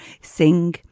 sing